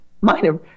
minor